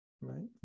right